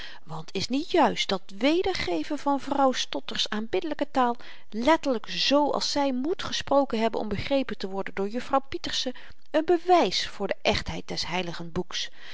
want is niet juist dat wedergeven van vrouw stotter's aanbiddelyke taal letterlyk z als zy moet gesproken hebben om begrepen te worden door juffrouw pieterse een bewys voor de echtheid des